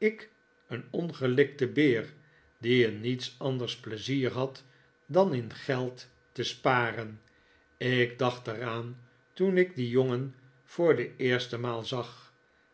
k een ongelikte beer die in niets anders pleizier had dan in geld te sparen ik dacht er aan toen ik dien jongen voor de eerste maal zag